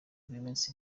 rw’iminsi